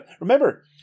Remember